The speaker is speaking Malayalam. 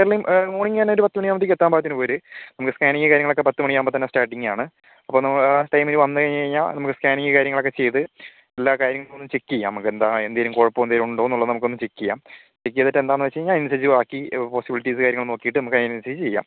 ഏർലി മോണിങ്ങ് തന്നെ ഒര് പത്ത് മണി ആകുമ്പത്തേക്കും എത്താൻ പാകത്തിന് പോര് നമുക്ക് സ്കാനിങ്ങ് കാര്യങ്ങളൊക്കെ പത്ത് മണിയാകുമ്പോൾ തന്നെ സ്റ്റാർട്ടിങ്ങാണ് അപ്പോൾ നമ്മ ആ ടൈമില് വന്ന് കഴിഞ്ഞ് കഴിഞ്ഞാൽ നമുക്ക് സ്കാനിങ്ങ് കാര്യങ്ങളൊക്കെ ചെയ്ത് എല്ലാ കാര്യങ്ങളും ഒന്ന് ചെക്ക് ചെയ്യാം നമക്ക് എന്തേലും കുഴപ്പം എന്തേലും ഉണ്ടോ എന്നുള്ളത് നമുക്കൊന്ന് ചെക്ക് ചെയ്യാം ചെക്ക് ചെയ്തിട്ടെന്താന്ന് വെച്ച് കഴിഞ്ഞാ അതിനനുസരിച്ച് ബാക്കി പോസിബിലിറ്റീസും കാര്യങ്ങളും നോക്കീട്ട് നമുക്കയിനനുസരിച്ച് ചെയ്യാം